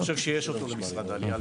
אני לא חושב שלמשרד העלייה יש אותו.